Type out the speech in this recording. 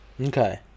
Okay